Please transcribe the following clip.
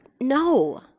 no